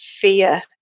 fear